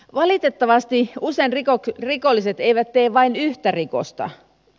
valitettavasti usein rikolliset eivät tee vain yhtä rikosta